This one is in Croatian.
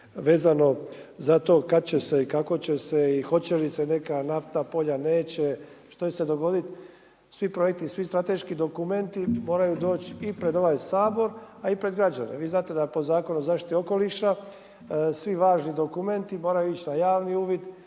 vezano za to kad će se i kako će se i hoće li se neka naftna polja, neće, što će se dogoditi, svi projekti i svi strateški dokumenti moraju doći i pred ovaj Sabor a i pred građane. Vi znate da po Zakonu o zaštiti okoliša, svi važni dokumenti moraju ići na javni uvid,